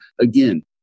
again